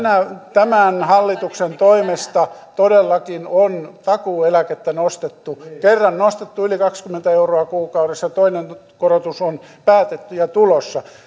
tämän hallituksen toimesta todellakin on takuueläkettä nostettu kerran nostettu yli kaksikymmentä euroa kuukaudessa toinen korotus on päätetty ja tulossa